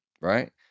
right